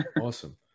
awesome